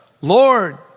Lord